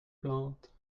plantes